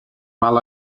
mal